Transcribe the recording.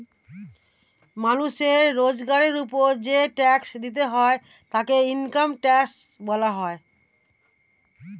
মানুষের রোজগারের উপর যেই ট্যাক্স দিতে হয় তাকে ইনকাম ট্যাক্স বলা হয়